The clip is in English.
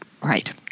Right